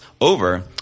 over